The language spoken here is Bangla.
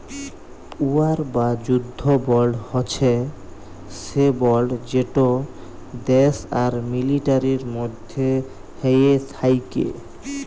ওয়ার বা যুদ্ধ বল্ড হছে সে বল্ড যেট দ্যাশ আর মিলিটারির মধ্যে হ্যয়ে থ্যাকে